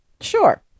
Sure